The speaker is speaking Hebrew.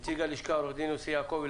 נציג הלשכה עו"ד יוסי יעקבי,